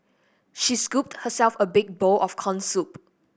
she scooped herself a big bowl of corn soup